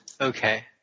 Okay